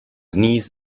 knees